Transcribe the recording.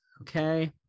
Okay